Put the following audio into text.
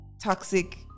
toxic